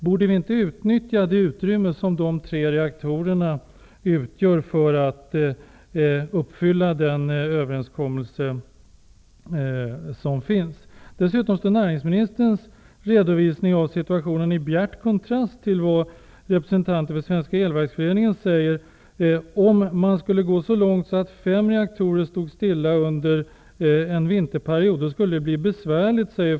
Borde vi inte utnyttja det utrymme som de tre reaktorerna utgör för att uppfylla den överenskommelse som finns? Dessutom står näringsministerns redovisning av situationen i bjärt kontrast till vad representanter för Svenska elverksföreningen säger: Om man skulle gå så långt så att fem reaktorer stod stilla under en vinterperiod, skulle det bli besvärligt.